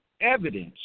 evidence